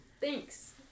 Thanks